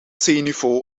zeeniveau